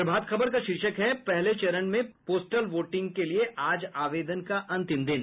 प्रभात खबर का शीर्षक है पहले चरण में पोस्टल वोटिंग के लिए आज आवेदन का अंतिम दिन